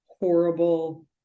horrible